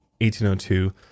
1802